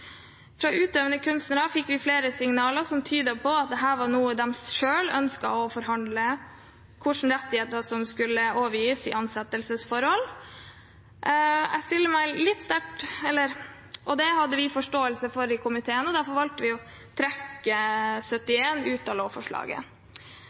Fra utøvende kunstnere fikk vi flere signaler som tydet på at de selv ønsket å forhandle hvilke rettigheter som skulle overgis i ansettelsesforhold. Det hadde vi forståelse for i komiteen, og derfor valgte vi å trekke